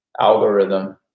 Algorithm